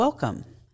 Welcome